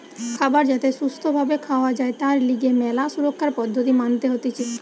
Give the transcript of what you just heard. খাবার যাতে সুস্থ ভাবে খাওয়া যায় তার লিগে ম্যালা সুরক্ষার পদ্ধতি মানতে হতিছে